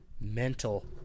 mental